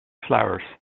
flowers